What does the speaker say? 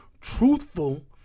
truthful